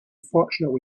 fortunate